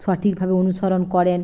সঠিকভাবে অনুসরণ করেন